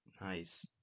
Nice